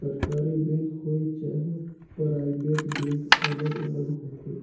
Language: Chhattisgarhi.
सरकारी बेंक होए चहे पराइबेट बेंक अलग अलग होथे